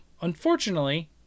Unfortunately